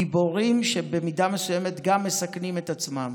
גיבורים שבמידה מסוימת גם מסכנים את עצמם,